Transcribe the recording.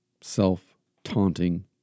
self-taunting